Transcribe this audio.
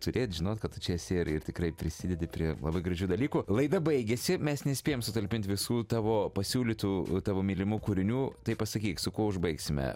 turėt žinot kad tu čia esi ir ir tikrai prisidedi prie labai gražių dalykų laida baigiasi mes nespėjom sutalpint visų tavo pasiūlytų tavo mylimų kūrinių tai pasakyk su kuo užbaigsime